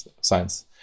science